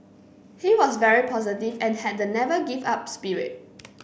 he was very positive and had the 'never give up' spirit